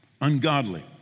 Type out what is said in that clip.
Ungodly